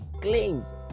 claims